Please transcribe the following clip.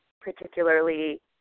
particularly